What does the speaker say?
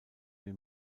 wie